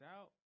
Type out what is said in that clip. out